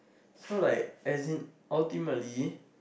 so like as in ultimately